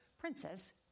Princess